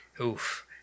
Oof